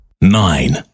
nine